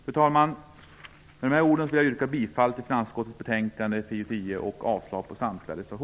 Fru talman! Med dessa ord vill jag yrka bifall till hemställan i finansutskottets betänkande FiU10